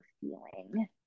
feeling